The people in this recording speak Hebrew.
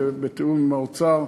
בתיאום עם האוצר,